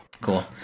cool